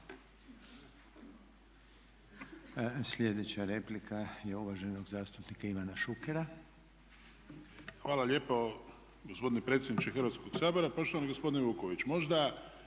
Sljedeća replika je uvaženog zastupnika Ivana Šukera. **Šuker, Ivan (HDZ)** Hvala lijepo gospodine predsjedniče Hrvatskoga sabora. Poštovani gospodine Vuković. Možda